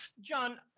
John